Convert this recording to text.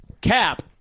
Cap